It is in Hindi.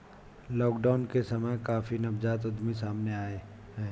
लॉकडाउन के समय में काफी नवजात उद्यमी सामने आए हैं